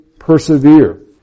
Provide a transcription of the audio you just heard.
persevere